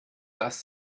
dass